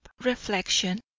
reflection